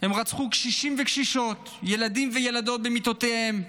הם רצחו קשישים וקשישות, ילדים וילדות במיטותיהם,